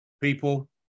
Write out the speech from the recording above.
people